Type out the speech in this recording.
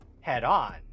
head-on